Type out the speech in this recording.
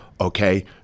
Okay